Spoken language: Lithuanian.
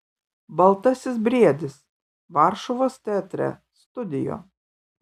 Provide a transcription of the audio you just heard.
baltasis briedis varšuvos teatre studio